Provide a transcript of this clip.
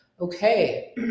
Okay